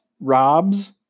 Rob's